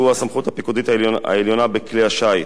שהוא הסמכות הפיקודית העליונה בכלי השיט,